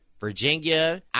Virginia